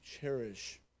cherish